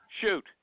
Shoot